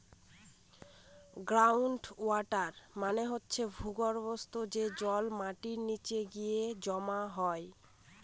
ground water মানে হচ্ছে ভূর্গভস্ত, যে জল মাটির নিচে গিয়ে জমা হয়